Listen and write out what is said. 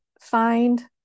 find